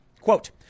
Quote